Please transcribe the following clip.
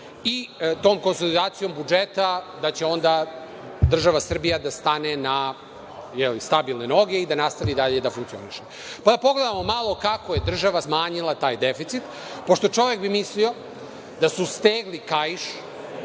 i tom konsolidacijom budžeta da će onda država Srbija da stane na, je li, stabilne noge i da nastavi dalje da funkcioniše. Da pogledamo malo kako je država smanjila taj deficit, pošto čovek bi mislio da su stegli kaiš,